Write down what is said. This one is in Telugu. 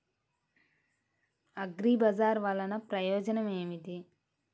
అగ్రిబజార్ వల్లన ప్రయోజనం ఏమిటీ?